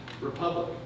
republic